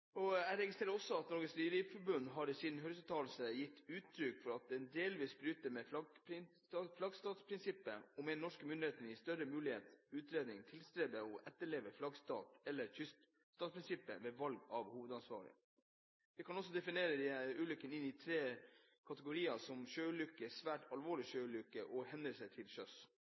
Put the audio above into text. Jeg registrerer også at Norges Rederiforbund i sin høringsuttalelse har gitt uttrykk for at dette delvis bryter med flaggstatsprinsippet, og mener norske myndigheter i størst mulig utstrekning tilstreber å etterleve flaggstats- og/eller kyststatsprinsippet ved valg av hovedansvarlig. Ulykkene kan defineres inn i tre kategorier: sjøulykker svært alvorlige sjøulykker hendelser til sjøs